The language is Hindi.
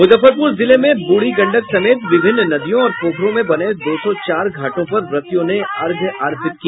मूजफ्फरपूर जिले में बूढ़ी गंडक समेत विभिन्न नदियों और पोखरों में बने दो सौ चार घाटों पर व्रतियों ने अर्घ्य अर्पित किया